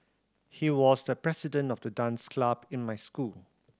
he was the president of the dance club in my school